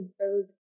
build